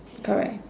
correct